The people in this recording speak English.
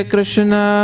Krishna